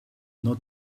not